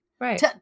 Right